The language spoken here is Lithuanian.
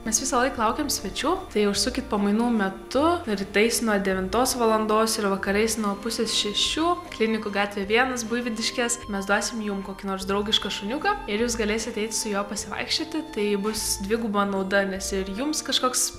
mes visąlaik laukiam svečių tai užsukit pamainų metu rytais nuo devintos valandos ir vakarais nuo pusės šešių klinikų gatvė vienas buivydiškės mes duosim jum kokį nors draugišką šuniuką ir jūs galėsite eit su juo pasivaikščioti tai bus dviguba nauda nes ir jums kažkoks